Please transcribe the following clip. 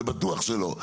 זה בטוח שלא.